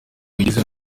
bigize